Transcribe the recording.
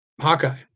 Hawkeye